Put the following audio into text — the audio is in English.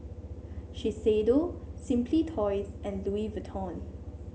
Shiseido Simply Toys and Louis Vuitton